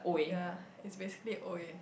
ya it's basically !oi!